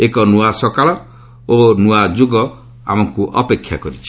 ଏକ ନୂଆ ସକାଳ ଓ ନୂଆ ଯୁଗ ଅପେକ୍ଷା କରିଛି